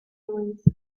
noise